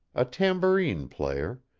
a tambourine player,